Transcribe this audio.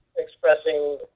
expressing